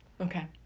Okay